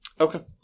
Okay